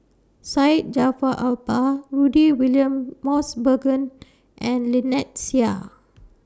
Syed Jaafar Albar Rudy William Mosbergen and Lynnette Seah